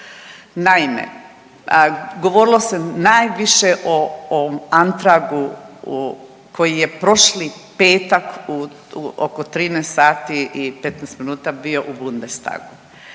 Naime, govorilo se najviše o, o Antragu koji je prošli petak oko 13 sati i 15 minuta bio u Bundestagu.